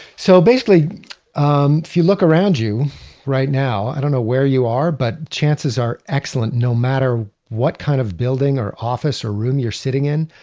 so basically um if you look around you right now, i don't know where you are, but chances are excellent. no matter what kind of building or office or room you're sitting in,